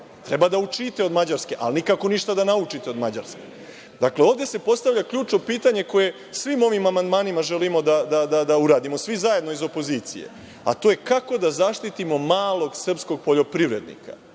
Treba da učite od Mađarske, ali nikako ništa da naučite od Mađarske. Dakle, ovde se postavlja ključno pitanje koje svim ovim amandmanima želimo da uradimo, svi zajedno iz opozicije, a to je kako da zaštitimo malog srpskog poljoprivrednika.